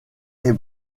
est